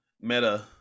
meta